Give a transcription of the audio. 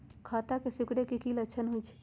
पत्ता के सिकुड़े के की लक्षण होइ छइ?